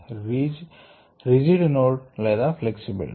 rigid node లేదా flexible node